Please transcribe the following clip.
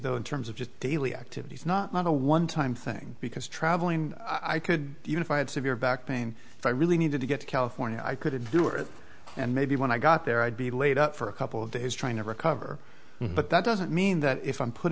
though in terms of just daily activities not a one time thing because traveling i could you know if i had severe back pain if i really needed to get to california i could do it and maybe when i got there i'd be laid up for a couple of days trying to recover but that doesn't mean that if i'm put